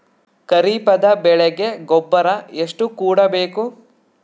ಖರೀಪದ ಬೆಳೆಗೆ ಗೊಬ್ಬರ ಎಷ್ಟು ಕೂಡಬೇಕು?